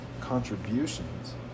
contributions